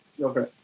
Okay